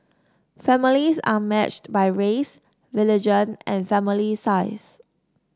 families are matched by race religion and family size